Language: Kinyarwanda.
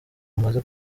rumaze